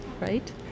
right